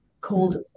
called